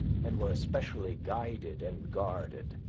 and were especially guided and guarded.